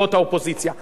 כמו מפלגות הקואליציה.